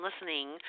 listening